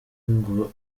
ngo